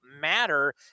matter